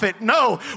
No